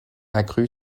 accrue